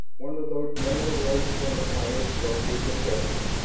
one of those mental alerts from the coyotes broke his absorption.